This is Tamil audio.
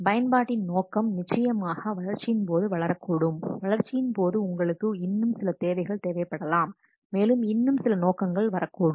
பயன்பாட்டின் நோக்கம் நிச்சயமாக வளர்ச்சியின் போது வளரக்கூடும் வளர்ச்சியின் போது உங்களுக்கு இன்னும் சில தேவைகள் தேவைப்படலாம் மேலும் இன்னும் சில நோக்கங்கள் வரக்கூடும்